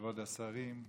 כבוד השרים,